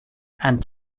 and